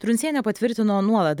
truncienė patvirtino nuolat